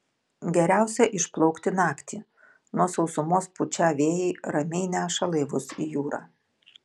geriausia išplaukti naktį nuo sausumos pučią vėjai ramiai neša laivus į jūrą